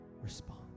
respond